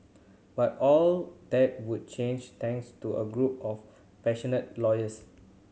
but all that would change thanks to a group of passionate lawyers